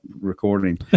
recording